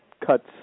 cuts